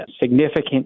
significant